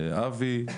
אבי,